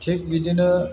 थिग बिदिनो